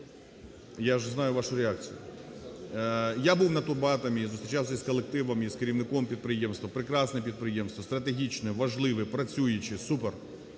Я був на "Турбоатомі" і зустрічався з колективом і з керівником підприємства. Прекрасне підприємство, стратегічне, важливе, працююче, супер.